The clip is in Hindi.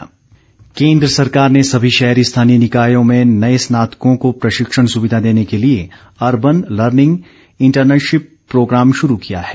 सरवीण चौधरी केंद्र सरकार ने सभी शहरी स्थानीय निकायों में नए स्नातकों को प्रशिक्षण सुविधा देने के लिए अर्बन लर्निंग इंटर्नशिप प्रोग्राम शुरू किया है